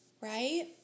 right